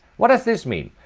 what does this mean?